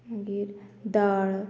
मागीर दाळ